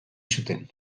zuten